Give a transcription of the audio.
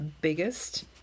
biggest